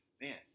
Man